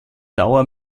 dauer